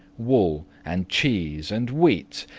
wool, and cheese, and wheat,